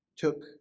took